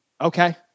okay